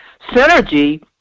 synergy